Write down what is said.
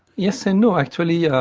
yes and no. actually, yeah